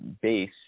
base